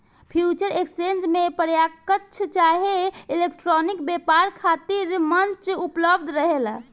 future exchange में प्रत्यकछ चाहे इलेक्ट्रॉनिक व्यापार खातिर मंच उपलब्ध रहेला